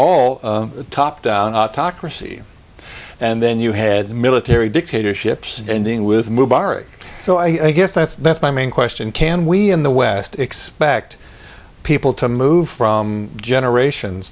all top down autocracy and then you had military dictatorships ending with mubarak so i guess that's that's my main question can we in the west expect people to move from generations